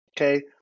Okay